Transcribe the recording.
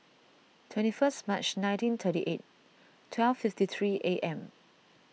twenty first March nineteen thirty eight twelve fifty three A M